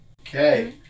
Okay